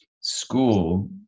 school